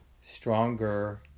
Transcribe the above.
stronger